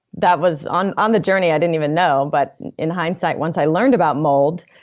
that was on on the journey i didn't even know, but in hindsight once i learned about mold,